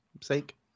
sake